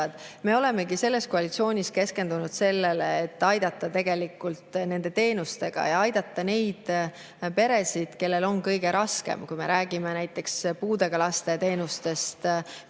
Me olemegi selles koalitsioonis keskendunud sellele, et aidata inimesi nende teenustega ja aidata neid peresid, kellel on kõige raskem. Me räägime näiteks puudega laste teenustest,